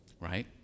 right